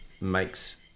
makes